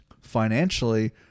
financially